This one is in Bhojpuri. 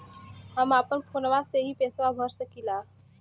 हम अपना फोनवा से ही पेसवा भर सकी ला?